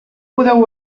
podeu